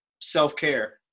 self-care